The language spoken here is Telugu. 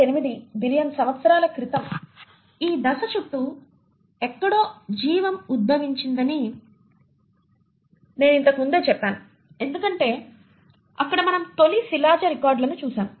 8 బిలియన్ సంవత్సరాల క్రితం ఈ దశ చుట్టూ ఎక్కడో జీవం ఉద్భవించిందని నేను ఇంతకు ముందే చెప్పాను ఎందుకంటే అక్కడ మనం తొలి శిలాజ రికార్డులను చూస్తాము